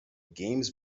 games